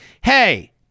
hey